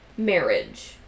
Marriage